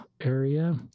area